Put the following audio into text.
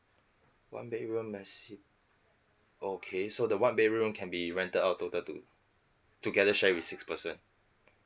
one bedroom I see okay so the one bedroom can be rented out total to together share with six person